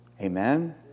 Amen